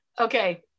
Okay